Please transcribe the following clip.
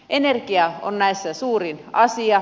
energia on tässä suurin asia